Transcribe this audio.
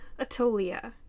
Atolia